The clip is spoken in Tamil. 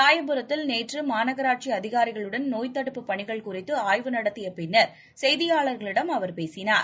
ராயபுரத்தில் நேற்று மாநகராட்சி அதிகாரிகளுடன் நோய்த் தடுப்புப் பணிகள் குறித்து ஆய்வு நடத்திய பின்னர் செய்தியாளர்களிடம் அவர் பேசினார்